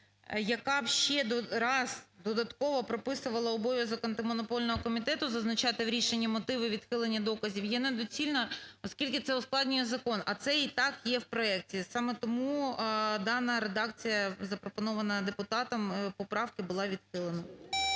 яка б ще раз додатково прописувала обов'язок Антимонопольного комітету зазначати в рішенні мотиви відхилення доказів, є недоцільно, оскільки це ускладнює закон, а це і так є в проекті. Саме тому дана редакція, запропонована депутатом поправка, була відхилена.